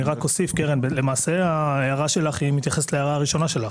קרן, ההערה שלך מתייחסת להערה הראשונה שלך.